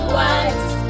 wise